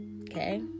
Okay